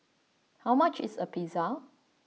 how much is a Pizza